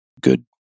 good